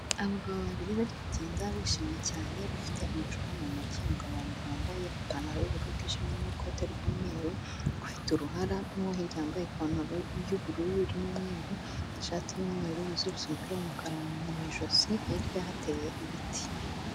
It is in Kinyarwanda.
Abagabo babiri bari kugenda bishimye cyane, bafite amacupa mu ntoki, umugabo wa mbere wambaye ipantaro y'ubururu bwi yijimye n'ikote ry'umweru, ufite uruhara n'uwo hirya yambaye ipantaro y'ubururu n'umweru, ishati y'umweru yuziritse umupira w'umukara mu ijosi, hirya hateye ibiti.